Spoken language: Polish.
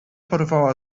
porwała